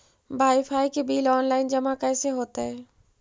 Wifi के bill online जमा कैसे होतै?